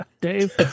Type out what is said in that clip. Dave